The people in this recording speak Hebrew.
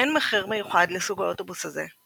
אין מחיר מיוחד לסוג האוטובוס הזה,